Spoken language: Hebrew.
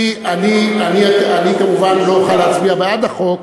אני כמובן לא אוכל להצביע בעד החוק,